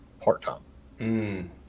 part-time